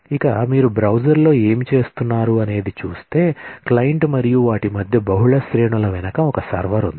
ఇక మీరు బ్రౌజర్లో ఏమి చేస్తున్నారు అనేది చూస్తే క్లయింట్ మరియు వాటి మధ్య బహుళ శ్రేణుల వెనుక ఒక సర్వర్ ఉంది